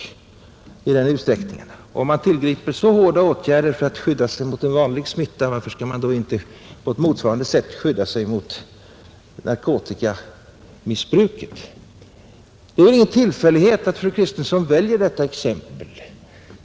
Om man tillgriper så hårda åtgärder för att skydda sig mot vanlig smitta, varför skall man då inte på ett motsvarande sätt skydda sig emot narkotikamissbruket? ” Det är väl ingen tillfällighet att fru Kristensson väljer detta exempel.